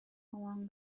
along